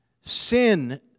Sin